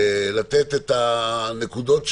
לתת את הנקודות שלהם,